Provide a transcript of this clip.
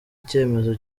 icyemezo